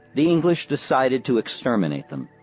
the english decided to exterminate them.